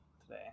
today